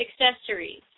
accessories